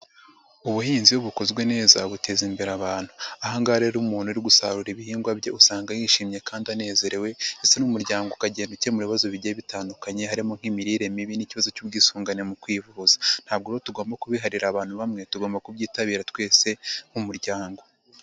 Ubuhinzi bukozwe neza buteza imbere abantu, aha ngaha rero umuntu uri gusarura ibihingwa bye usanga yishimye kandi anezerewe ndetse n'umuryango ukagenda ukemura ibibazo bigiye bitandukanye harimo nk'imirire mibi n'ikibazo cy'ubwisungane mu kwivuza, ntabwo tugomba kubiharira abantu bamwe, tugomba kubyitabira twese nk'umuryango.